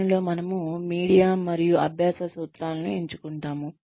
దీనిలో మనము మీడియా మరియు అభ్యాస సూత్రాలను ఎంచుకుంటాము